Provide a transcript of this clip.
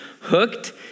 Hooked